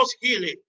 healing